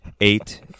eight